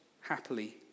happily